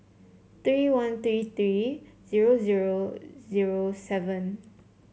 three one three three zero zero zero seven